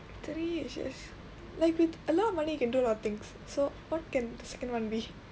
three wishes like with a lot of money you can do a lot of things so what can the second one be